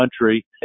country